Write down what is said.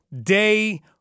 day